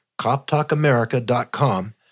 coptalkamerica.com